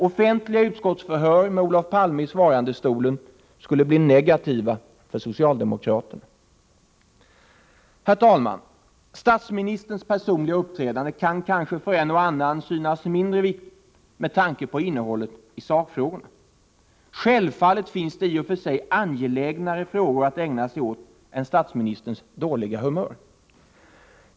Offentliga utskottsförhör med Olof Palme i svarandestolen skulle bli negativa för socialdemokraterna. Herr talman! Statsministerns personliga uppträdande kan kanske för en och annan synas mindre viktigt med tanke på innehållet i sakfrågorna. Självfallet finns det i och för sig angelägnare frågor att ägna sig åt än en statsministers dåliga humör.